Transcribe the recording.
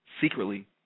secretly